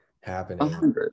happening